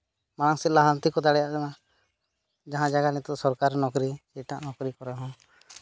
ᱢᱟᱲᱟᱝ ᱥᱮᱫ ᱞᱟᱦᱟᱱᱛᱤ ᱠᱚ ᱫᱟᱲᱮᱭᱟᱜ ᱠᱟᱱᱟ ᱡᱟᱦᱟᱸ ᱡᱟᱭᱟ ᱱᱤᱛᱚᱜ ᱥᱚᱨᱠᱟᱨᱤ ᱱᱚᱠᱨᱤ ᱮᱴᱟᱜ ᱱᱚᱠᱨᱤ ᱠᱚᱨᱮ ᱦᱚᱸ